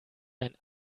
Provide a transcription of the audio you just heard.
ein